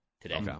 today